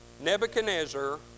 Nebuchadnezzar